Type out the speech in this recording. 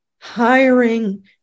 hiring